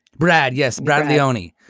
brad. yes. bradley oney.